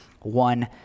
one